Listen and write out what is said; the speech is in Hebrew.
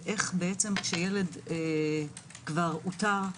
ואיך כשילד כבר אותר,